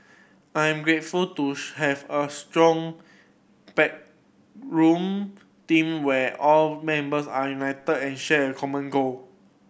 I am grateful to have a strong backroom team where all members are united and share a common goal